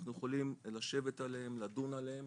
אנחנו יכולים לשבת עליהם, לדון עליהם